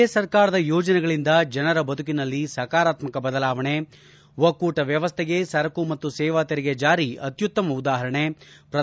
A ಸರ್ಕಾರದ ಯೋಜನೆಗಳಿಂದ ಜನರ ಬದುಕಿನಲ್ಲಿ ಸಕಾರಾತ್ತಕ ಬದಲಾವಣೆ ಒಕ್ಕೂಟ ವ್ಲವಸ್ಥೆಗೆ ಸರಕು ಮತ್ತು ಸೇವಾ ತೆರಿಗೆ ಜಾರಿ ಅತ್ಯುತ್ತಮ ಉದಾಹರಣೆ ಪ್ರಧಾನಮಂತ್ರಿ ನರೇಂದ್ರಮೋದಿ